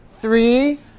Three